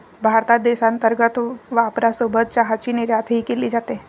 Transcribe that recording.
भारतात देशांतर्गत वापरासोबत चहाची निर्यातही केली जाते